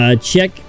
Check